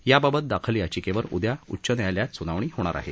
याबाबत दाखल याचिकेवर उदया उच्च न्यायालयात स्नावणी होणार आहे